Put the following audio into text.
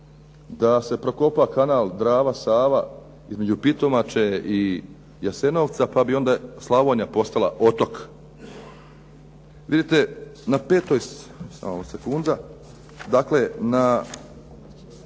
da se prokopa kanal Drava, Sava između Pitomače i Jasenovca pa bi onda Slavonija postala otok. Vidite na petoj,